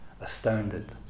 astounded